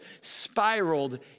spiraled